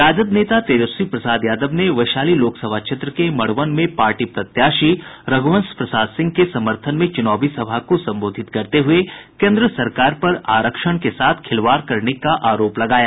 राजद नेता तेजस्वी प्रसाद यादव ने वैशाली लोकसभा क्षेत्र के मड़वन में पार्टी प्रत्याशी रघुवंश प्रसाद सिंह के समर्थन में चुनावी सभा को संबोधित करते हुए केन्द्र सरकार पर आरक्षण के साथ खिलवाड़ करने का आरोप लगाया